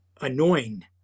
annoying